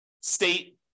state